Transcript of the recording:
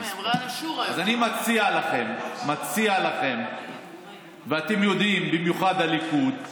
אז אני מציע לכם, ואתם יודעים, במיוחד הליכוד,